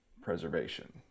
preservation